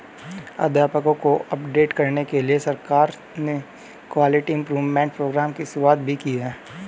अध्यापकों को अपडेट करने के लिए सरकार ने क्वालिटी इम्प्रूव्मन्ट प्रोग्राम की शुरुआत भी की है